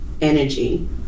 energy